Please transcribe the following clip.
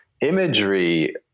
imagery